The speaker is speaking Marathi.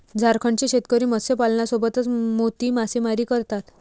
झारखंडचे शेतकरी मत्स्यपालनासोबतच मोती मासेमारी करतात